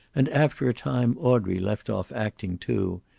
and after a time audrey left off acting, too,